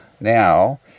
now